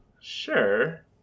Sure